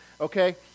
Okay